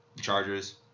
Chargers